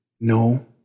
No